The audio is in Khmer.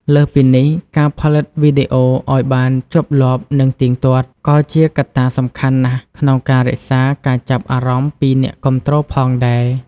លើសពីនេះ ការផលិតវីដេអូឲ្យបានជាប់លាប់ និងទៀងទាត់ ក៏ជាកត្តាសំខាន់ណាស់ក្នុងការរក្សាការចាប់អារម្មណ៍ពីអ្នកគាំទ្រផងដែរ។